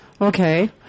Okay